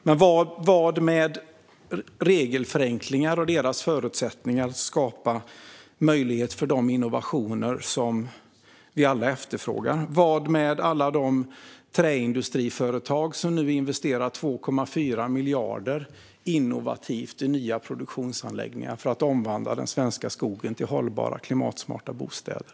Men hur är det med regelförenklingar och förutsättningarna för dem att skapa möjligheter för de innovationer som vi alla efterfrågar? Hur är det med alla de träindustriföretag som nu investerar 2,4 miljarder innovativt i nya produktionsanläggningar för att omvandla den svenska skogen till hållbara, klimatsmarta bostäder?